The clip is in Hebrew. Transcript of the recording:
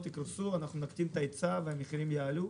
יקרסו נקטין את ההיצע והמחירים יעלו.